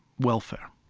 welfare.